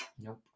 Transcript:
Nope